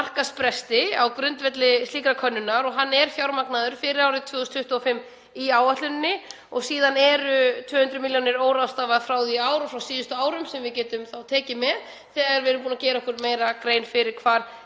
hann er fjármagnaður fyrir árið 2025 í áætluninni og síðan er 200 milljónum óráðstafað frá því í ár og frá síðustu árum sem við getum þá tekið með þegar við erum búin að gera okkur meira grein fyrir því